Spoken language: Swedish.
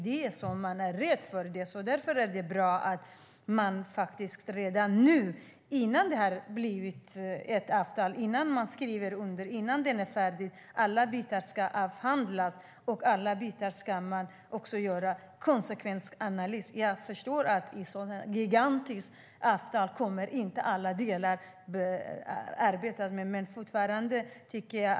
Därför är det bra att man redan nu, innan avtalet är undertecknat och färdigt, avhandlar alla bitar och gör konsekvensanalyser. Jag förstår att vi inte kommer att arbeta med alla delar i ett så gigantiskt avtal.